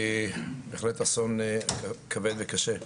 בהחלט אסון כבד וקשה.